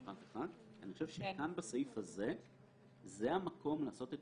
אני חושב שבסעיף הזה המקום לעשות את